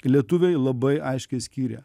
lietuviai labai aiškiai skiria